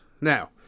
Now